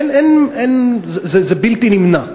אין, זה בלתי נמנע.